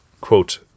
quote